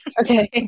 Okay